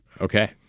Okay